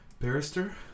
barrister